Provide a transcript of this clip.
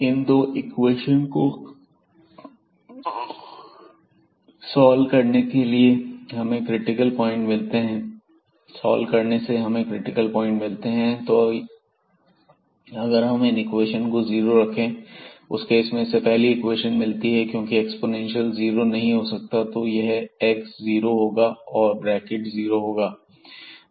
इन दो इक्वेशन को सॉल्व करने से हमें क्रिटिकल प्वाइंट मिलते हैं तो अगर हम इन इक्वेशन को जीरो रखें उस केस में हमें इससे पहेली इक्वेशन मिलती है क्योंकि एक्स्पोनेंशियल जीरो नहीं हो सकता तो या तो x जीरो होगा या यह ब्रैकेट जीरो होगा